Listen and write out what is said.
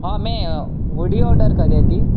હં મેં hoodie order કરી હતી